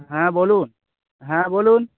হ্যাঁ বলুন হ্যাঁ বলুন